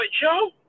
Joe